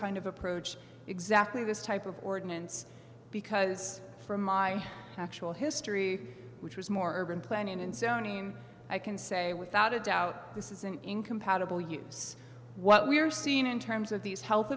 kind of approach exactly this type of ordinance because from my actual history which was more urban planning and zoning i can say without a doubt this is an incompatible use what we are seeing in terms of these health